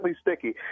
sticky